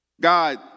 God